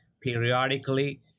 periodically